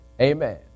Amen